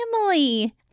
family